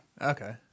okay